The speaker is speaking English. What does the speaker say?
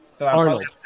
Arnold